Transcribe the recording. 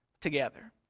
together